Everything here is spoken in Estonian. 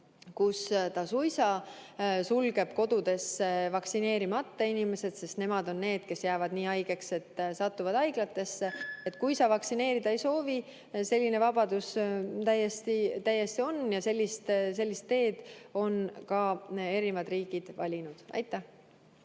kus suisa suletakse vaktsineerimata inimesed kodudesse, sest nemad on need, kes jäävad nii haigeks, et satuvad haiglatesse. Kui sa vaktsineerida ei soovi, siis selline vabadus täiesti on ja sellise tee on ka teised riigid valinud. Nüüd